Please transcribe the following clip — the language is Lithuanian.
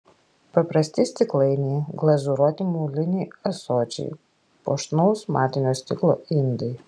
paprasti stiklainiai glazūruoti moliniai ąsočiai puošnaus matinio stiklo indai